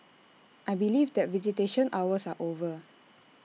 I believe that visitation hours are over